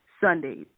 Sundays